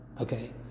okay